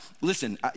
listen